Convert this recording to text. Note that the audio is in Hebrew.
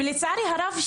ולצערי הרב,